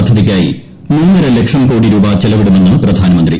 പദ്ധതിയ്ക്കായി മൂന്നരല്ക്ഷ് കോടി രൂപ ചെലവിടുമെന്ന് പ്രധാനമന്ത്രി